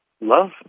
love